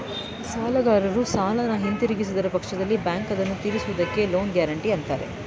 ಸಾಲಗಾರರು ಸಾಲನ ಹಿಂದಿರುಗಿಸಿದ ಪಕ್ಷದಲ್ಲಿ ಬ್ಯಾಂಕ್ ಅದನ್ನು ತಿರಿಸುವುದಕ್ಕೆ ಲೋನ್ ಗ್ಯಾರೆಂಟಿ ಅಂತಾರೆ